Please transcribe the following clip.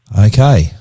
Okay